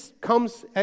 comes